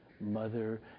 mother